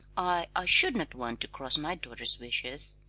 i i should not want to cross my daughter's wishes.